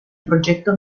progetto